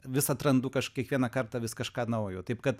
vis atrandu kiekvieną kartą vis kažką naujo taip kad